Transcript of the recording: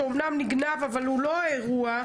שאמנם נגנב אבל הוא לא אירוע.